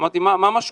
שאלתי מה המשמעות,